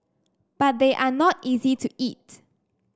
but they are not easy to eat